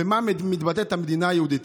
במה מתבטאת המדינה היהודית?